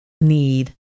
need